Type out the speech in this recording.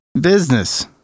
Business